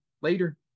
later